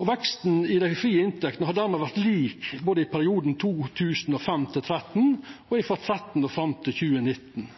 Veksten i dei frie inntektene har dermed vore lik både i perioden 2005–2013 og frå 2013 til 2019.